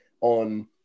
on